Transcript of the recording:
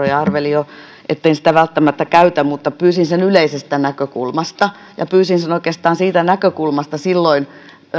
ja arvelin etten sitä välttämättä käytä mutta pyysin sen yleisestä näkökulmasta ja pyysin sen oikeastaan siitä näkökulmasta silloin